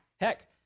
heck